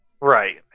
Right